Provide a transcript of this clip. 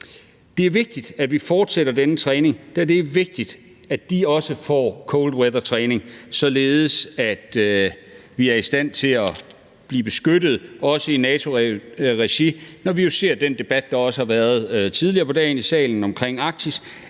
Det er vigtigt, at vi fortsætter denne træning, da det er vigtigt, at de også får cold weather-træning, således at vi er i stand til at blive beskyttet også i NATO-regi, også i forhold til den debat, der jo var tidligere på dagen i salen, om Arktis,